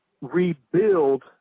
rebuild